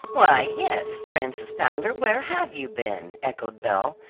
why, yes, frances pounder, where have you been? echoed belle.